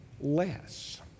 less